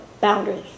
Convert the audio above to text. boundaries